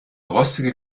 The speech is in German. rostige